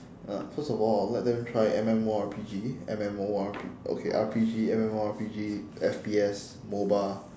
uh first of all I would let them try M_M_O_R_P_G M_M_O_R_P okay R_P_G M_M_O_R_P_G F_P_S MOBA